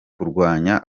kurwanya